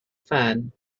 fern